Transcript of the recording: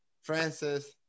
Francis